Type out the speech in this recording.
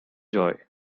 joy